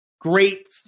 great